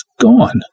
gone